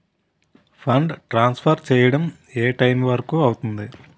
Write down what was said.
Fund transfer చేయడం ఏ time వరుకు అవుతుంది?